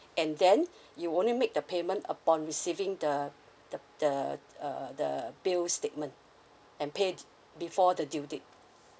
and then you only make the payment upon receiving the the the uh the bill statement and pay before the due date